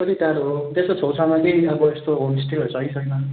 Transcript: कति टाडो हो त्यसको छेउछाउमा केही अब यस्तो होमस्टेहरू छ कि छैन